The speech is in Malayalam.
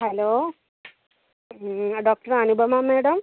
ഹലോ ആ ഡോക്ടർ അനുപമ മാഡം